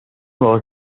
was